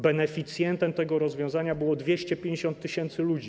Beneficjentem tego rozwiązania było ponad 250 tys. ludzi.